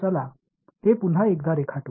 चला हे पुन्हा एकदा रेखाटू